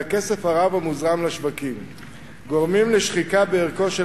והכסף הרב המוזרם לשווקים גורמים לשחיקה בערכו של